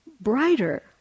brighter